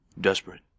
desperate